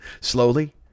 slowly